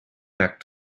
back